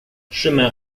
chemin